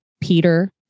Peter